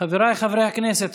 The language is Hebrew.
חבריי חברי הכנסת.